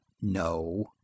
No